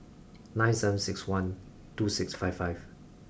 nine seven six one two six five five